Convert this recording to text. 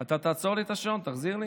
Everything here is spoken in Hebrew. אתה תעצור לי את השעון, תחזיר לי?